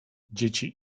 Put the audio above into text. dzieci